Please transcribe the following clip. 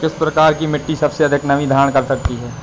किस प्रकार की मिट्टी सबसे अधिक नमी धारण कर सकती है?